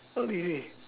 not lazy